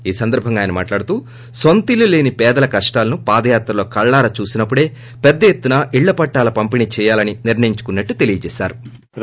ఈ సందర్భంగా ఆయన మాట్లాడుతూ నొంతిల్లు లేని పేదల కష్లాలను పాదయాత్రలో కల్లారా చూసినప్పుడే పెద్ద ఎత్తున ఇళ్ల పట్టాల పంపిణీ చేయాలని నిర్ణయించుకున్న నని తెలియజేశారు